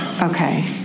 Okay